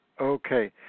okay